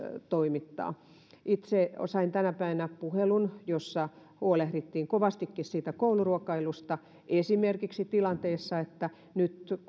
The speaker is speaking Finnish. toimittaa itse sain tänä päivänä puhelun jossa huolehdittiin kovastikin siitä kouluruokailusta esimerkiksi siinä tilanteessa että nyt